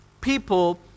people